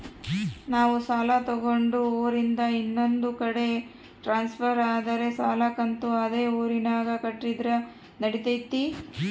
ನಾವು ಸಾಲ ತಗೊಂಡು ಊರಿಂದ ಇನ್ನೊಂದು ಕಡೆ ಟ್ರಾನ್ಸ್ಫರ್ ಆದರೆ ಸಾಲ ಕಂತು ಅದೇ ಊರಿನಾಗ ಕಟ್ಟಿದ್ರ ನಡಿತೈತಿ?